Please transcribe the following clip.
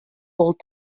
old